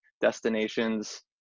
destinations